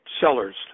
sellers